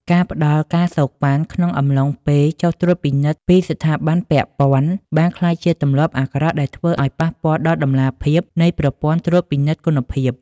ការផ្ដល់ ការសូកប៉ាន់ ក្នុងអំឡុងពេលចុះត្រួតពិនិត្យពីស្ថាប័នពាក់ព័ន្ធ បានក្លាយជាទម្លាប់អាក្រក់ដែលធ្វើឱ្យប៉ះពាល់ដល់តម្លាភាពនៃប្រព័ន្ធត្រួតពិនិត្យគុណភាព។